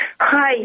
Hi